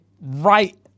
right